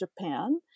Japan